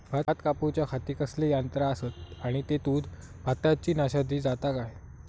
भात कापूच्या खाती कसले यांत्रा आसत आणि तेतुत भाताची नाशादी जाता काय?